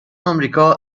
آمریکا